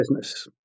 business